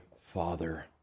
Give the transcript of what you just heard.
Father